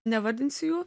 nevardinsiu jų